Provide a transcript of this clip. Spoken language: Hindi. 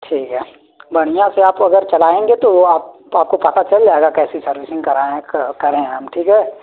ठीक है बढ़िया से आप अगर चलाएँगे तो वो आप आपको पता चल जाएगा कैसी सर्विसिंग कराए हैं करे हैं हम ठीक है